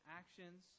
actions